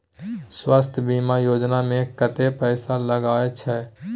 स्वास्थ बीमा योजना में कत्ते पैसा लगय छै?